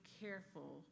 careful